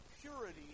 purity